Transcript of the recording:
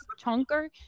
chunker